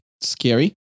scary